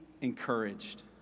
encouraged